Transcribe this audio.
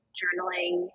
journaling